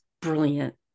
brilliant